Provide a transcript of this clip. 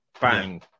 bang